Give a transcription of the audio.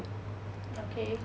okay